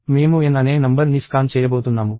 మేము n అనే నంబర్ని స్కాన్ చేయబోతున్నాము